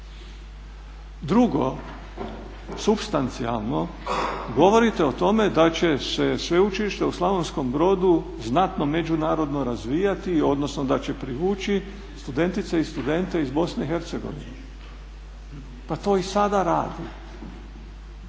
Drugo, supstancijalno, govorite o tome da će se sveučilište u Slavonskom Brodu znatno međunarodno razvijati odnosno da će privući studentice i studente iz BiH. Pa to i sada radi,